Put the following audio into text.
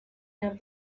have